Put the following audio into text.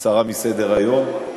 הסרה מסדר-היום.